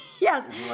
Yes